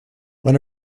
one